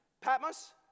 Patmos